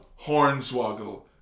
Hornswoggle